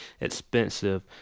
expensive